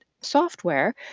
software